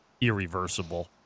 irreversible